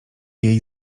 jej